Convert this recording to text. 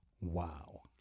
Wow